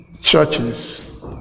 churches